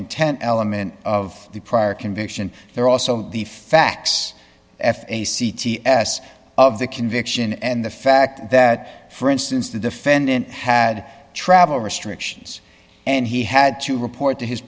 intent element of the prior conviction there are also the facts f a c t s of the conviction and the fact that for instance the defendant had travel restrictions and he had to report to his